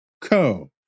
co